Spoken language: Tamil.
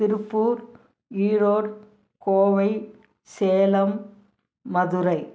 திருப்பூர் ஈரோடு கோவை சேலம் மதுரை